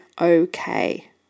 okay